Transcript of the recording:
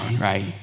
right